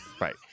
right